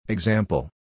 Example